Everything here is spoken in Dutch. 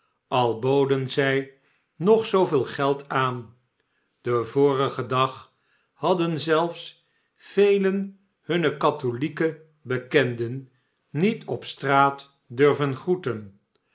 al boden zij nog zooveel geld aan den vorigen dag hadden zelfe velen hunne katholieke bekenden niet op straat durven groeten